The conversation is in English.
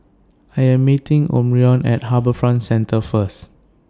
I Am meeting Omarion At HarbourFront Centre First